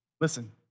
Listen